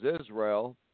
Israel